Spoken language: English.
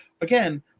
again